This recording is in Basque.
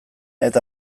eta